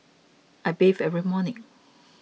I bathe every morning